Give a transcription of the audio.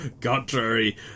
Contrary